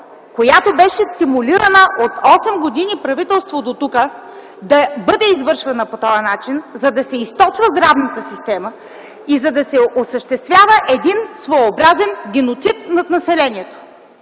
която беше стимулирана осем години от правителствата дотук – да бъде извършвана по този начин, за да се източва здравната система и да се осъществява един своеобразен геноцид над населението.